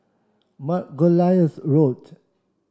Margoliouth Road